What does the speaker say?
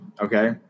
okay